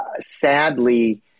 sadly